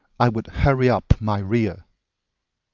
i would hurry up my rear.